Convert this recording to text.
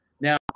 Now